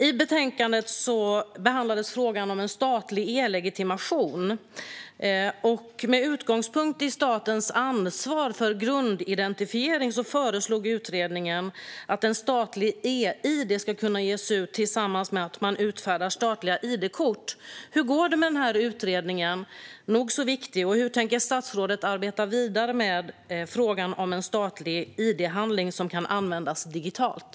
I betänkandet behandlades frågan om en statlig e-legitimation. Med utgångspunkt i statens ansvar för grundidentifiering föreslog utredningen att en statlig e-id ska kunna ges ut i samband med att man utfärdar statliga idkort. Hur går det med den här utredningen - nog så viktig? Och hur tänker statsrådet arbeta vidare med frågan om en statlig id-handling som kan användas digitalt?